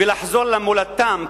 ולחזור למולדתם,